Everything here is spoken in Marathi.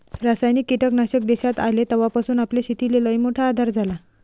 रासायनिक कीटकनाशक देशात आले तवापासून आपल्या शेतीले लईमोठा आधार झाला